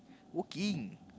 working